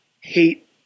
hate